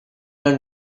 her